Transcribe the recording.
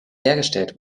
hergestellt